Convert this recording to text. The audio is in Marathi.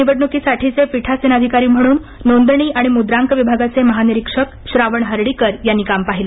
या निवडणुकीचे पीठासीन अधिकारी म्हणून नोंदणी आणि मुद्रांक विभागाचे महानिरीक्षक श्रावण हर्डीकर यांनी काम पाहिले